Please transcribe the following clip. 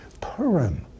Purim